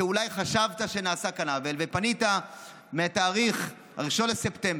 שאולי חשבת שנעשה כאן עוול, ופנית ב-1 בספטמבר